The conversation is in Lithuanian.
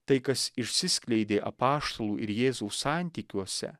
tai kas išsiskleidė apaštalų ir jėzaus santykiuose